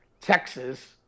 Texas